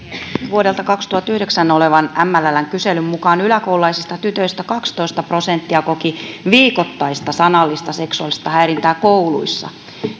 vuodelta kaksituhattayhdeksän olevan mlln kyselyn mukaan yläkoululaisista tytöistä kaksitoista prosenttia koki viikoittaista sanallista seksuaalista häirintää kouluissa